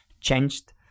changed